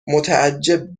متعجب